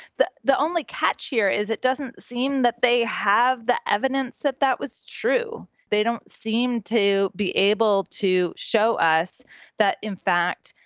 the the only catch here is it doesn't seem that they have the evidence that that was true. they don't seem to be able to show us that, in fact,